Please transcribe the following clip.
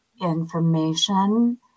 information